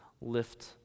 lift